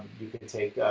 you can take,